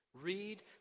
Read